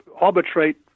arbitrate